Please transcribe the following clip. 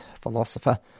philosopher